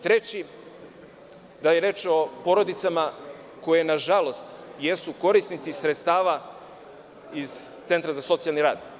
Treći parametar jeste da je reč o porodicama koje nažalost jesu korisnici sredstava iz Centra za socijalni rad.